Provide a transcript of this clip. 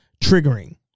Triggering